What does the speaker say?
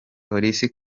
polisi